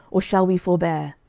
or shall we forbear?